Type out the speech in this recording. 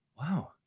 Wow